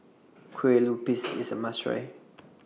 Kue Lupis IS A must Try